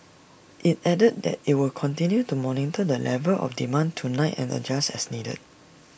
IT added that IT will continue to monitor the level of demand tonight and adjust as needed